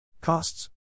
Costs